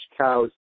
cows